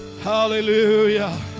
Hallelujah